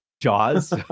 jaws